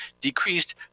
decreased